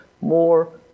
more